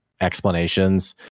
explanations